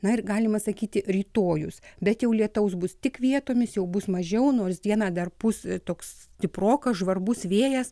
na ir galima sakyti rytojus bet jau lietaus bus tik vietomis jau bus mažiau nors diena dar pūs toks stiprokas žvarbus vėjas